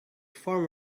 form